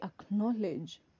acknowledge